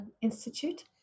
Institute